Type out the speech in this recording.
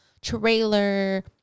trailer